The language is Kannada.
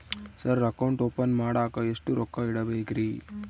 ಸರ್ ಅಕೌಂಟ್ ಓಪನ್ ಮಾಡಾಕ ಎಷ್ಟು ರೊಕ್ಕ ಇಡಬೇಕ್ರಿ?